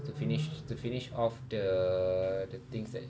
the finish to finish off the the things that